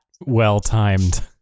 well-timed